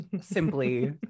simply